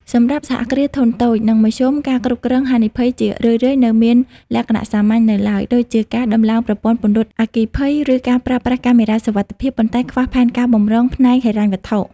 សម្រាប់ សហគ្រាសធុនតូច និងមធ្យមការគ្រប់គ្រងហានិភ័យជារឿយៗនៅមានលក្ខណៈសាមញ្ញនៅឡើយ ដូចជាការដំឡើងប្រព័ន្ធពន្លត់អគ្គិភ័យ ឬការប្រើប្រាស់កាមេរ៉ាសុវត្ថិភាព ប៉ុន្តែខ្វះផែនការបម្រុងផ្នែកហិរញ្ញវត្ថុ។